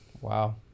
Wow